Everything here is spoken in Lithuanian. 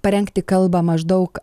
parengti kalbą maždaug